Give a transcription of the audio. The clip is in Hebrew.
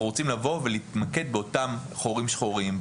אנחנו רוצים להתמקד באותם חורים שחורים,